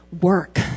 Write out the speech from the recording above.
work